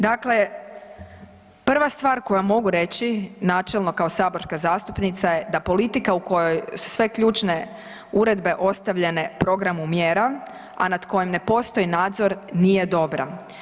Dakle, prva stvar koju mogu reći, načelno kao saborska zastupnica je da politika u kojoj sve ključne uredbe ostavljene programu mjera, a nad kojom ne postoji nadzor nije dobra.